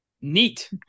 Neat